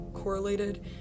correlated